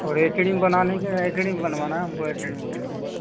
और एचडी में बनाने के एचडी में बनवाना है हमको एचडी में क्लीन